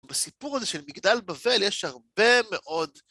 בסיפור הזה של מגדל בבל, יש הרבה מאוד...